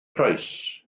price